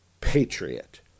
Patriot